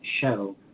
show